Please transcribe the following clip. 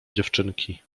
dziewczynki